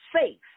faith